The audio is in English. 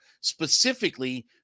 specifically